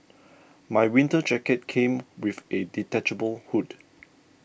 my winter jacket came with a detachable hood